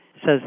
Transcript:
says